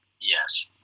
Yes